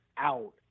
out